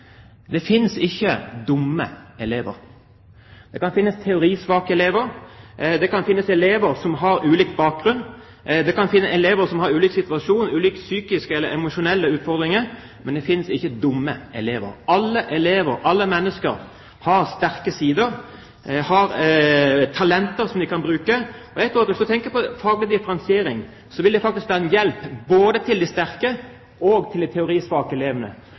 Det finnes ikke dumme elever. Det kan finnes teorisvake elever, det kan finnes elever som har ulik bakgrunn, det kan finnes elever som er i ulike situasjoner, som har ulike psykiske eller emosjonelle utfordringer, men det finnes ikke dumme elever. Alle elever – alle mennesker – har sterke sider, har talenter som de kan bruke. Hvis en tenker på faglig differensiering, vil det faktisk være en hjelp både for de teoristerke og de teorisvake elevene.